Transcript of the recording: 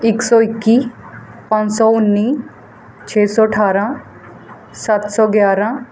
ਇੱਕ ਸੌ ਇੱਕੀ ਪੰਜ ਸੌ ਉੱਨੀ ਛੇ ਸੌ ਅਠਾਰ੍ਹਾਂ ਸੱਤ ਸੌ ਗਿਆਰ੍ਹਾਂ